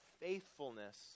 faithfulness